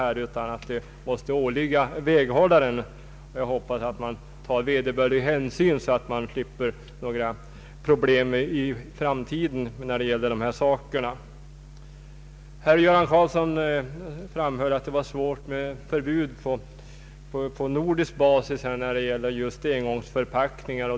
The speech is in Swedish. Uppgiften måste åligga väghållaren, och jag hoppas att det tas vederbörlig hänsyn så att problem av det slaget kan undvikas i framtiden. Herr Göran Karlsson framhöll att det är svårt att åstadkomma förbud på nordisk basis vad beträffar engångsförpackningar.